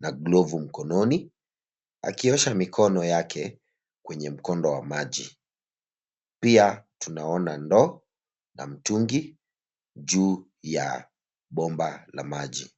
na glovu mkononi, akiosha mikono yake kwenye mkondo wa maji. Pia tunaona ndoo, na mtungi, juu ya bomba la maji.